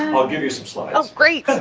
i'll give you some slides. oh, great.